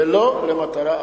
ולא למטרה אחרת.